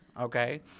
Okay